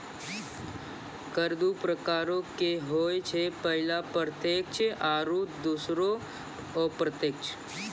कर दु प्रकारो के होय छै, पहिला प्रत्यक्ष आरु दोसरो अप्रत्यक्ष